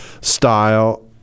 style